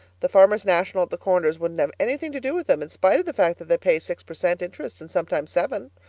the farmers national' at the corners wouldn't have anything to do with them in spite of the fact that they pay six per cent. interest and sometimes seven.